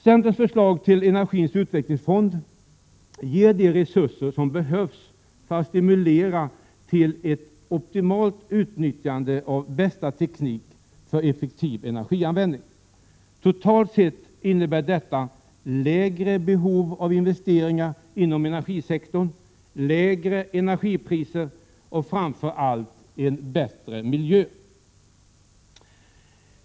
Centerns förslag till energins utvecklingsfond ger de resurser som behövs för att stimulera till ett optimalt utnyttjande av bästa teknik för effektiv energianvändning. Totalt sett innebär detta lägre behov av investeringar inom energisektorn och lägre energipriser men framför allt en bättre miljö.